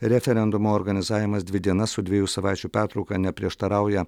referendumo organizavimas dvi dienas su dviejų savaičių pertrauka neprieštarauja